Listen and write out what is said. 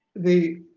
the